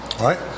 Right